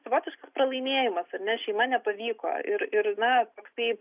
savotiškas pralaimėjimas ar ne šeima nepavyko ir ir na toksai